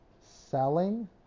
selling